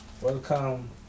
welcome